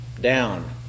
down